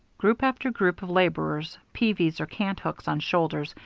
group after group of laborers, peavies or cant-hooks on shoulders,